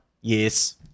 Yes